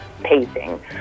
pacing